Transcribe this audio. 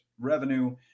revenue